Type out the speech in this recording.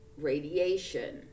radiation